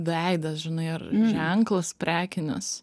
veidas žinai ar ženklas prekinis